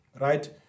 right